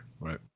right